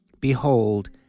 Behold